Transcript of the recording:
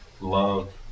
love